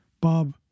Bob